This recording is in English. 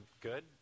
good